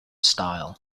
style